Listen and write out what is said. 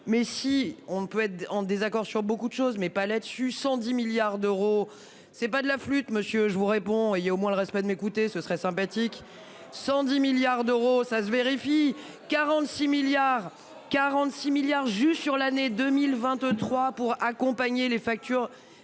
Mais si on ne peut être en désaccord sur beaucoup de choses mais pas là-dessus 110 milliards d'euros, c'est pas de la flûte, monsieur, je vous réponds, il y a au moins le respect de m'écouter, ce serait sympathique. 110 milliards d'euros. Ça se vérifie 46 milliards 46 milliards juste sur l'année 2023 pour accompagner les factures